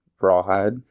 rawhide